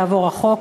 יעבור החוק.